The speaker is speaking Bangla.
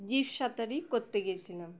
জিপ সাতারি করতে গিয়েছিলাম